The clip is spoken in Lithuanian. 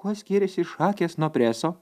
kuo skiriasi šakės nuo preso